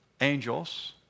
angels